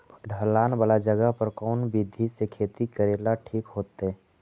ढलान वाला जगह पर कौन विधी से खेती करेला ठिक होतइ?